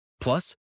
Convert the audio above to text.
Plus